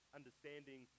understanding